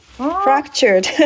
Fractured